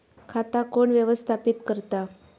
खाता कोण व्यवस्थापित करता?